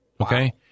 Okay